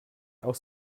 auch